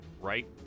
right